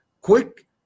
quick